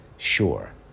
Sure